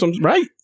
Right